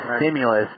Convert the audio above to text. stimulus